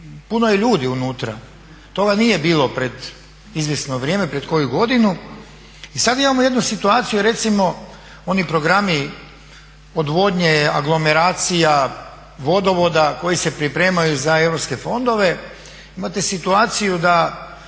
puno je ljudi unutra. To vam nije bilo pred izvjesno vrijeme, pred koju godinu i sad imamo jednu situaciju recimo oni programi odvodnje, anglomeracija vodovoda koji se pripremaju za europske fondove imate situaciju da